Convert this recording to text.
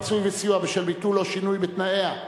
וסיוע בשל ביטול טיסה או שינוי בתנאיה),